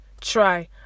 try